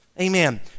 amen